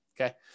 Okay